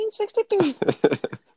1963